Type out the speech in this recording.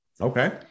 Okay